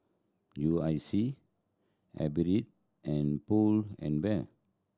U I C and Pull and Bear